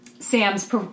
Sam's